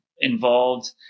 involved